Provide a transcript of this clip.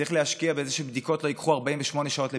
צריך להשקיע בזה שבדיקות לא ייקחו 48 שעות לפיענוח,